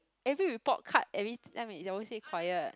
every report card every time it always say quiet